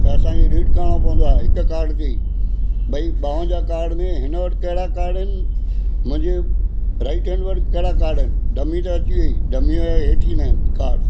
त असांखे रीड करिणो पवंदो आहे हिकु कार्ड खे ई भई ॿावंजाह कार्ड में हिन वट कहिड़ा कार्ड आहिनि मुंहिंजे राइट हैंड वटि कहिड़ा कार्ड आहिनि डमी त अची वई डमीअ जा हेठि ईंदा आहिनि कार्ड्स